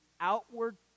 outward